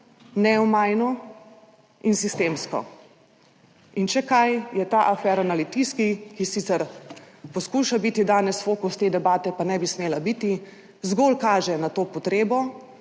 neomajno in sistemsko. In če kaj, je ta afera na Litijski, ki sicer poskuša biti danes fokus te debate, pa ne bi smela biti, zgolj kaže na to potrebo